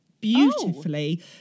beautifully